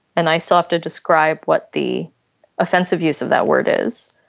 and i still have to describe what the offensive use of that word is.